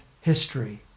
history